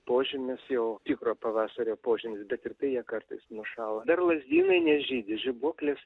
požymis jau tikro pavasario požymis ir tai jie kartais nušąla dar lazdynai nežydi žibuoklės